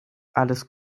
alles